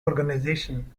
organization